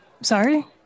Sorry